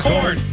Corn